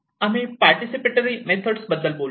आम्ही participatory methods बद्दल बोलतो